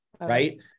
right